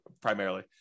primarily